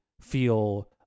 feel